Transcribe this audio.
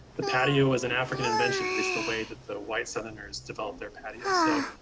the patio is an african invention, at least the way that the white southerners developed their patios. so